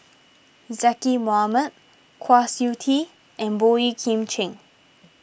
Zaqy Mohamad Kwa Siew Tee and Boey Kim Cheng